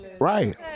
Right